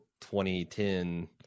2010